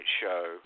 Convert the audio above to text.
show